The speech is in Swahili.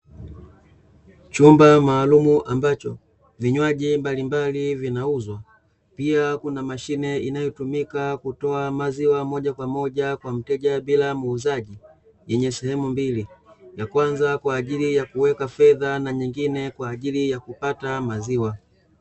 Chumba maalumu ambacho vinywaji mbalimbali vinauzwa. Pia kuna mashine inayotumika kutoa maziwa moja kwa moja kwa mteja bila muuzaji, yenye sehemu mbili: ya kwanza kwa ajili ya kuweka fedha na nyingine kwa ajili ya kupata maziwa.